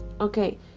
okay